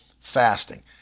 fasting